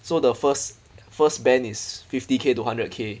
so the first first band is fifty K two hundred K